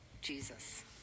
Jesus